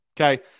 Okay